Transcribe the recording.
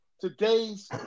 Today's